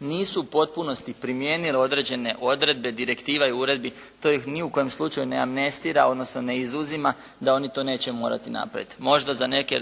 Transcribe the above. nisu u potpunosti primijenile određene odredbe direktiva i uredbi to ih ni u kojem slučaju ne amnestira odnosno ne izuzima da oni to neće morati napraviti. Možda za neke